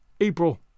April